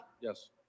Yes